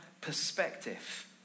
perspective